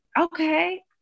Okay